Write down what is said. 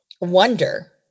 wonder